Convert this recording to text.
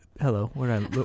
Hello